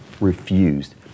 refused